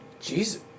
Jesus